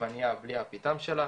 עגבניה בלי הפיטם שלה,